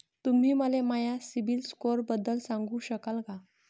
तुम्ही मले माया सीबील स्कोअरबद्दल सांगू शकाल का?